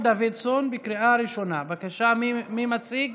אנחנו עוברים להצעת חוק הספורט (תיקון מס' 17)